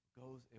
goes